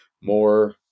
more